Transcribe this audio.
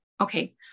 okay